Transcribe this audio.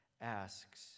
asks